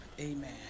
Amen